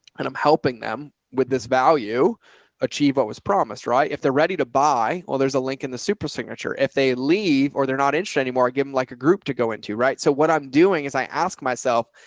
and i'm helping them with this value achieve what was promised, right. if they're ready to buy, or there's a link in the super signature, if they leave or they're not interested anymore, i give them like a group to go into. right. so what i'm doing is i ask myself,